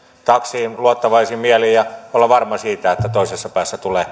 taksiin luottavaisin mielin ja olla varmoja siitä että toisessa päässä tulee